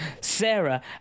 Sarah